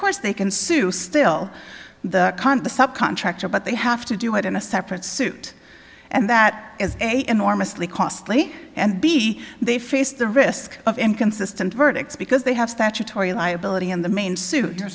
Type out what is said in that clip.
course they can sue still the qantas sub contractor but they have to do it in a separate suit and that is a enormously costly and b they face the risk of inconsistent verdicts because they have statutory liability in the main suit